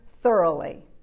thoroughly